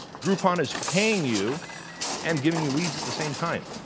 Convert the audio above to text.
groupon is paying you and giving you leads the same time.